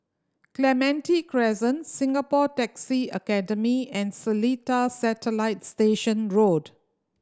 Clementi Crescent Singapore Taxi Academy and Seletar Satellite Station Road